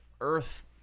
earth